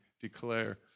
declare